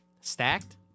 Stacked